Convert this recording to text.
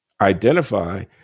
identify